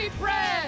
bread